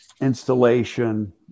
installation